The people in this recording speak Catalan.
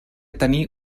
tenir